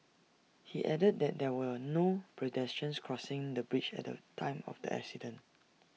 he added that there were no pedestrians crossing the bridge at the time of the accident